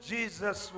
Jesus